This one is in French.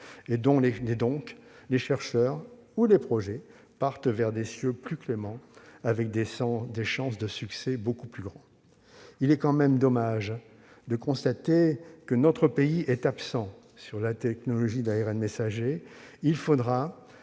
pas. Les chercheurs ou les projets partent donc vers des cieux plus cléments, avec des chances de succès beaucoup plus grandes ... Il est tout de même dommage de constater que notre pays est absent sur la technologie de l'ARN messager. Il faudra,